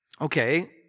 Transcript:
Okay